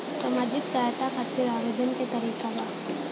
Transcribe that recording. सामाजिक सहायता खातिर आवेदन के का तरीका बा?